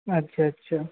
আচ্ছা আচ্ছা